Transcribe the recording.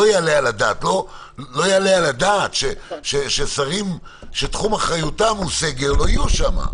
לא יעלה על הדעת ששרים שתחום אחריותם הוא סגר לא יהיו שם,